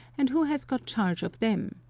and who has got charge of them.